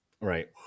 Right